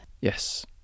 Yes